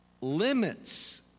limits